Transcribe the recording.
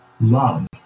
love